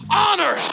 honor